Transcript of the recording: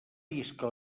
isca